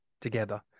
together